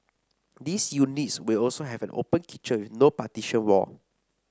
these units will also have an open kitchen no partition wall